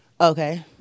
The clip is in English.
Okay